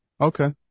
okay